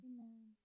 Amen